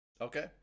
Okay